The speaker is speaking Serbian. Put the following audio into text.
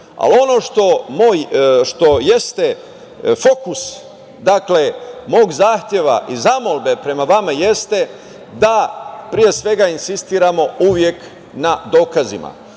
Ono što je fokus mog zahteva i zamolbe prema vama jeste da pre svega insistiramo uvek na dokazima.